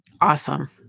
Awesome